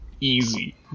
easy